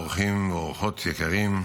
אורחים ואורחות יקרים,